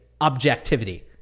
objectivity